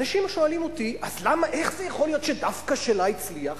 אנשים שואלים אותי: איך זה יכול להיות שדווקא שלה הצליח,